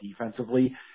defensively